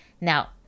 Now